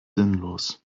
sinnlos